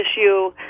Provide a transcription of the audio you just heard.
issue